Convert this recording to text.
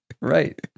Right